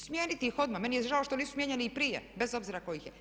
Smijeniti ih odmah, meni je žao što nisu mijenjani i prije bez obzira tko ih je.